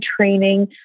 training